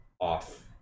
off